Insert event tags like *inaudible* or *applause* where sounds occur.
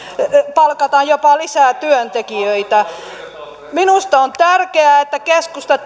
palkataan jopa lisää työntekijöitä minusta on tärkeää että keskusta *unintelligible*